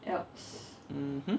mmhmm